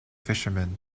fishermen